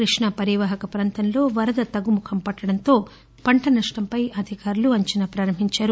కృష్ణా పరీవాహక ప్రాంతంలో వరద తగ్గుముఖం పట్టడంతో పంటనష్టంపై అధికారులు అంచనా ప్రారంభించారు